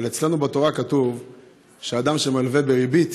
אבל אצלנו בתורה כתוב שאדם שמלווה בריבית